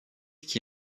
qui